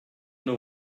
know